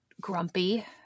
grumpy